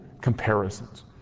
comparisons